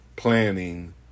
Planning